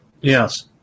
Yes